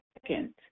second